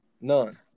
None